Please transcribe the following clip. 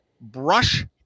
brush